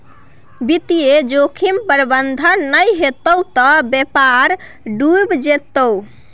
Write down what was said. वित्तीय जोखिम प्रबंधन नहि हेतौ त बेपारे डुबि जेतौ